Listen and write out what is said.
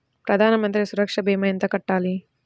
ప్రధాన మంత్రి సురక్ష భీమా ఎంత కట్టాలి?